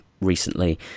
recently